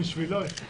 בשבילו היא חדשה.